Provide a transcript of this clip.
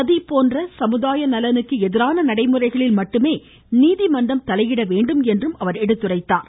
சதி போன்ற சமுதாய நலனுக்கு எதிரான நடைமுறைகளில் மட்டுமே நீதிமன்றம் தலையிடவேண்டும் என்றும் எடுத்துரைத்தார்